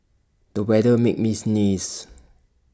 the weather made me sneeze